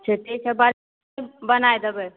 अच्छा ठीक छै बनाय देबै